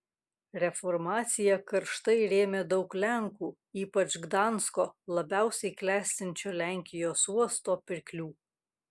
reformaciją karštai rėmė daug lenkų ypač gdansko labiausiai klestinčio lenkijos uosto pirklių